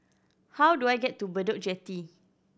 how do I get to Bedok Jetty